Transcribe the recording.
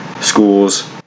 schools